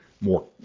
more